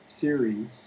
series